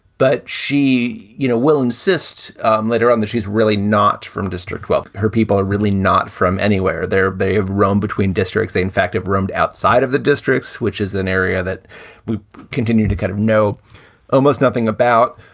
but she, you know, will insist and later on. she's really not from district twelve. her people are really not from anywhere there. they have run between districts. they, in fact, have roamed outside of the districts, which is an area that we continue to kind of know almost nothing about.